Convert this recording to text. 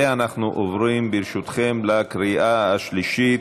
ואנחנו עוברים, ברשותכם, לקריאה השלישית.